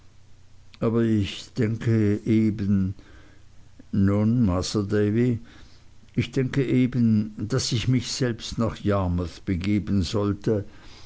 aber ich denke eben nun masr davy ich denke eben daß ich mich selbst nach yarmouth begeben sollte